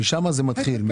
משם זה מתחיל,